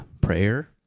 prayer